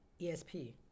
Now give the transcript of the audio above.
ESP